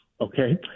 Okay